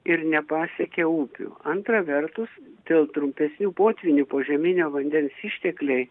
ir nepasiekia upių antra vertus dėl trumpesnių potvynių požeminio vandens ištekliai